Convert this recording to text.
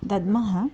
दद्मः